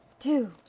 two,